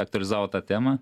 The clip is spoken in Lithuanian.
aktualizavo tą temą